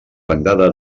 bandada